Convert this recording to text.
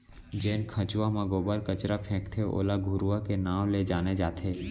जेन खंचवा म गोबर कचरा फेकथे ओला घुरूवा के नांव ले जाने जाथे